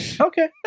Okay